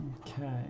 Okay